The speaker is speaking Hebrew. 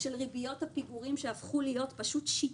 של ריביות הפיגורים שהפכו להיות שיטה.